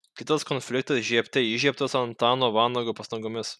kitas konfliktas žiebte įžiebtas antano vanago pastangomis